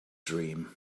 dream